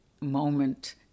moment